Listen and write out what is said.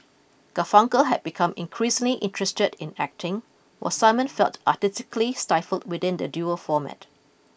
Garfunkel had become increasingly interested in acting while Simon felt artistically stifled within the duo format